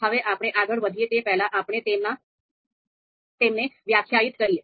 હવે આપણે આગળ વધીએ તે પહેલાં આપણે તેમને વ્યાખ્યાયિત કરીએ